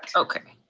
ah okay.